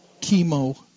chemo